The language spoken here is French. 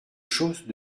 chose